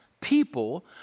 people